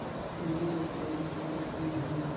Debit या credit card कौन होएल?